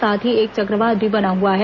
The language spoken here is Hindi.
साथ ही एक चक्रवात भी बना हआ है